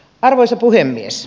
arvoisa puhemies